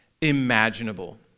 imaginable